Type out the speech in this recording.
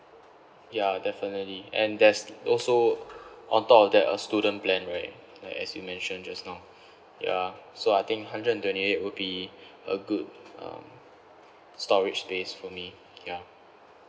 ya definitely and there's also on top of that a student plan right like as you mentioned just now ya so I think hundred and twenty eight will be a good um storage space for me ya